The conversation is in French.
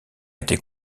été